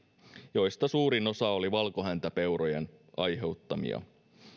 joista suurin osa oli valkohäntäpeurojen aiheuttamia